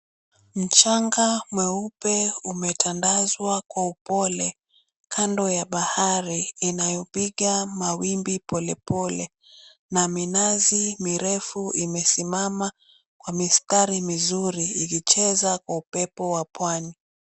Mchanga mweupe umetandazwa kwa upole kando ya bahari inayopiga mawimbi polepole na minazi mirefu imesimama kwa mistari mizuri ikicheza kwa upepo wa Pwani.